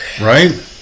right